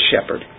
shepherd